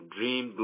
Dream